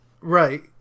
Right